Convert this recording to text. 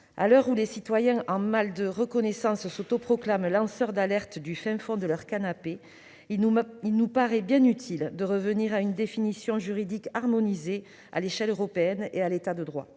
à l'heure où des citoyens en mal de reconnaissance s'autoproclament lanceurs d'alerte du fin fond de leur canapé, il nous paraît bien utile de revenir à une définition juridique harmonisée à l'échelle européenne et à l'État de droit.